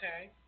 Okay